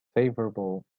favorable